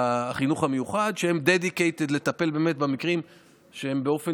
החינוך המיוחד שהן dedicated לטפל באמת במקרים שהם באופן